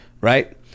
Right